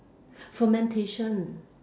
fermentation